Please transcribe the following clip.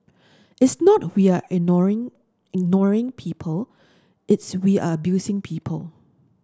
it's not we're ignoring ignoring people it's we're abusing people